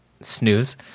snooze